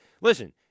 Listen